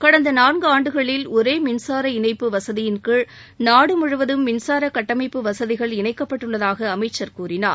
கடந்த நான்காண்டுகளில் ஒரே மின்சார இணைப்பு வசதியின்கீழ் நாடு முழுவதும் மின்சார கட்டமைப்பு வசதிகள் இணைக்கப்பட்டுள்ளதாக அமைச்சர் கூறினார்